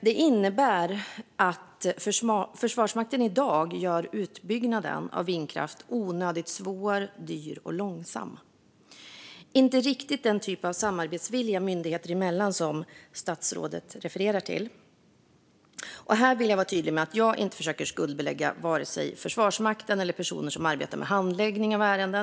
Det innebär att Försvarsmakten i dag gör utbyggnaden av vindkraft onödigt svår, dyr och långsam. Det är inte riktigt den typ av samarbetsvilja myndigheter emellan som statsrådet refererar till. Här vill jag vara tydlig med att jag inte försöker skuldbelägga vare sig Försvarsmakten eller personer som arbetar med handläggning av ärenden.